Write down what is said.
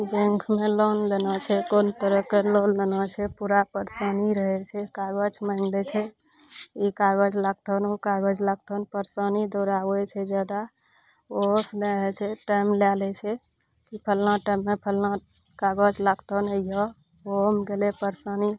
बैंकमे लोन लेना छै कोन तरहके लोन लेना छै पूरा परेशानी रहय छै कागज माँगि दै छै ई कागज लागतन उ कागज लागतन परेशानी दौड़ाबय छै जादा ओहोसँ नहि होइ छै टाइम लए लै छै फलना टाइममे फलना कागज लागत नहि यऽ ओहोमे गेलय परेशानी